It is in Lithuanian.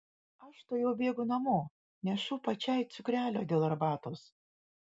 aš tuojau bėgu namo nešu pačiai cukrelio dėl arbatos